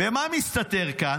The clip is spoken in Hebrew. ומה מסתתר כאן?